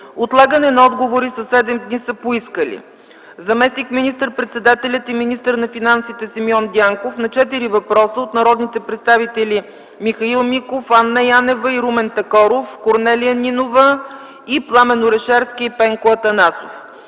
отлагане на отговори със седем дни са поискали: - заместник министър-председателят и министър на финансите Симеон Дянков на четири въпроса от народните представители Михаил Миков, Анна Янева и Румен Такоров, Корнелия Нинова, Пламен Орешарски и Пенко Атанасов;